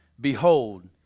Behold